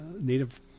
native